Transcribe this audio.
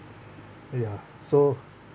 !aiya! so